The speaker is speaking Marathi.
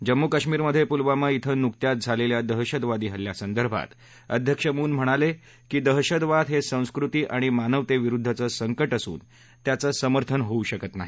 जम्मू कश्मीरमधे पुलवामा धिं नुकत्याच झालेल्या दहशतवादी हल्ल्यासंदर्भात अध्यक्ष मून म्हणाले की दहशतवाद हे संस्कृती आणि मानवतेविरुद्धचं संकट असून त्याचं समर्थन होऊ शकत नाही